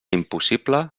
impossible